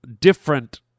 different